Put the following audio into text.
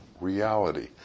reality